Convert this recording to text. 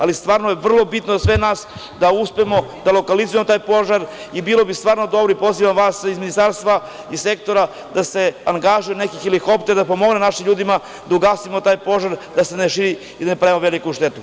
Ali, stvarno je bitno za sve nas da uspemo da lokalizujemo taj požar, i bilo bi stvarno dobro, i pozivam vas iz ministarstva iz sektora da se angažuje neki helikopter da pomogne našim ljudima da ugasimo taj požar da se ne širi i da ne pravi veliku štetu.